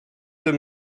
the